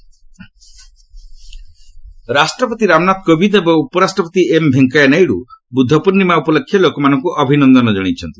ପ୍ରେଜ୍ ଭିପି ରାଷ୍ଟ୍ରପତି ରାମନାଥ କୋବିନ୍ଦ ଏବଂ ଉପରାଷ୍ଟ୍ରପତି ଏମ୍ ଭେଙ୍କନା ନାଇଡୁ ବୁଦ୍ଧ ପ୍ରର୍ଷ୍ଣିମା ଉପଲକ୍ଷେ ଲୋକମାନଙ୍କୁ ଅଭିନନ୍ଦନ ଜଣାଇଛନ୍ତି